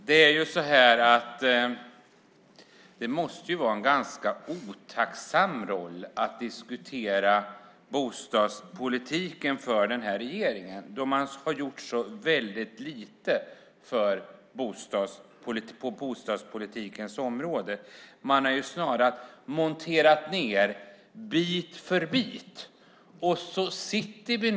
Fru talman! Det måste vara ganska otacksamt för den här regeringen att diskutera bostadspolitik. Man har ju gjort så väldigt lite på bostadspolitikens område. Man har snarast monterat ned bit för bit.